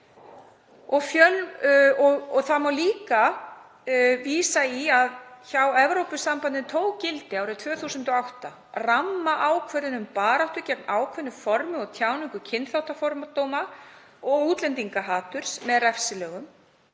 Einnig má vísa í það að hjá Evrópusambandinu tók gildi árið 2008 rammaákvörðun um baráttu gegn ákveðnu formi og tjáningu kynþáttafordóma og útlendingahaturs með refsilögum.